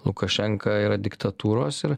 lukašenka yra diktatūros ir